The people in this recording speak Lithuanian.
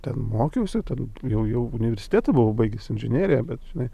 ten mokiausi ten jau jau universitetą buvau baigęs inžineriją bet žinai